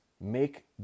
make